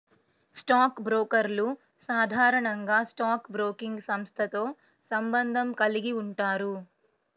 stock బ్రోకర్లు సాధారణంగా stock broking సంస్థతో సంబంధం కలిగి ఉంటారు